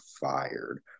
fired